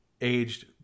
aged